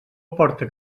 porta